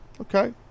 okay